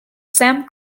sam